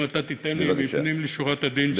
אם אתה תיתן לי לפנים משורת הדין.